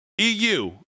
EU